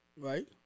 Right